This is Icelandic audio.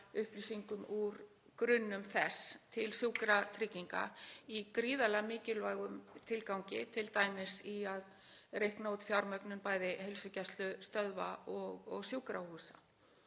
upplýsingum úr grunnum þess til Sjúkratrygginga í gríðarlega mikilvægum tilgangi, t.d. í að reikna út fjármögnun bæði heilsugæslustöðva og sjúkrahúsa.